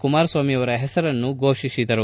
ಕುಮಾರಸ್ವಾಮಿ ಅವರ ಹೆಸರನ್ನು ಘೋಷಿಸಿದರು